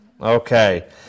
okay